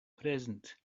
present